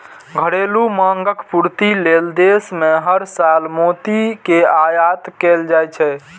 घरेलू मांगक पूर्ति लेल देश मे हर साल मोती के आयात कैल जाइ छै